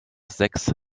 sechs